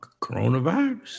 Coronavirus